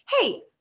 Hey